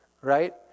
right